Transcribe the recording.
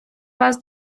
вас